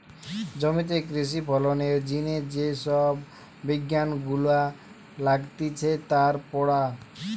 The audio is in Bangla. জমিতে কৃষি ফলনের জিনে যে সব বিজ্ঞান গুলা লাগতিছে তার পড়া